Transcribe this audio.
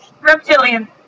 Reptilian